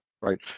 Right